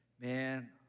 Man